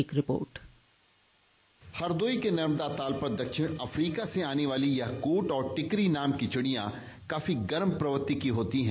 एक रिपोर्ट हरदोई के नर्मदा ताल पर दक्षिण अफ्रीका से आने वाली यह कूट और टिकरी नाम की चिडिया काफी गर्म प्रवृत्ति की होती है